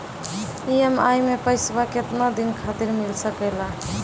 EMI मैं पैसवा केतना दिन खातिर मिल सके ला?